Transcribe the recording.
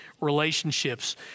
relationships